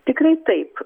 tikrai taip